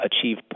achieve